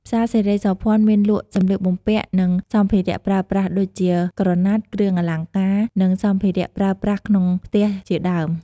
ផ្សារសិរីសោភ័ណមានលក់ សម្លៀកបំពាក់ និងសម្ភារៈប្រើប្រាស់ ដូចជាក្រណាត់ គ្រឿងអលង្ការ និងសម្ភារៈប្រើប្រាស់ក្នុងផ្ទះជាដើម។